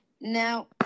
Now